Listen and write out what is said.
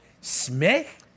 Smith